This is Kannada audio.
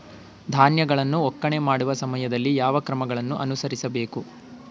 ಧಾನ್ಯಗಳನ್ನು ಒಕ್ಕಣೆ ಮಾಡುವ ಸಮಯದಲ್ಲಿ ಯಾವ ಕ್ರಮಗಳನ್ನು ಅನುಸರಿಸಬೇಕು?